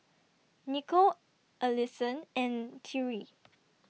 Nicole Alisson and Tyree